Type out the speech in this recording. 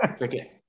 okay